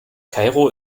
kairo